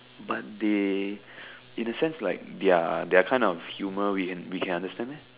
mundane in the sense like their their kind of humour we we can understand meh